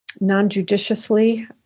non-judiciously